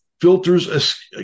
filters